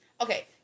okay